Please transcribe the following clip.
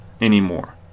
anymore